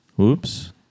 oops